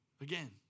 again